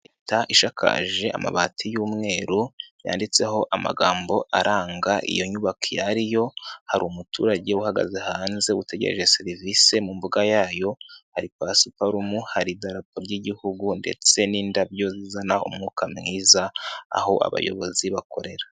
Leta ishakaje amabati y'umweru yanditseho amagambo aranga iyo nyubako iyo ari yo, hari umuturage uhagaze hanze utegereje serivisi, mu mbuga yayo hari pasuparumu, hari idarapo ry'igihugu ndetse n'indabyo zizana umwuka mwiza aho abayobozi bakorera.